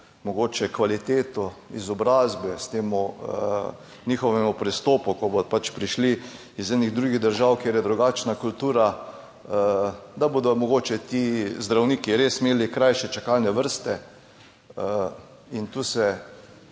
mogoče kvaliteto izobrazbe, s tem njihovemu pristopu, ko bodo pač prišli iz enih drugih držav, kjer je drugačna kultura, da bodo mogoče ti zdravniki res imeli krajše čakalne vrste. In tu se